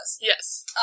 Yes